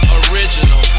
original